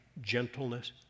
gentleness